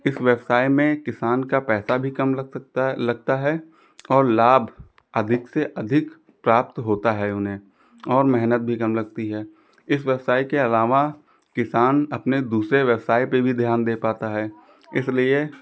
इस व्यवसाय में किसान का पैसा भी कम लग सकता लगता है और लाभ अधिक से अधिक प्राप्त होता है उन्हें और मेहनत भी कम लगती है इस व्यवसाय के अलावा किसान अपने दूसरे व्यवसाय पर भी ध्यान दे पाता है इसलिए